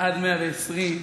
עד מאה-ועשרים.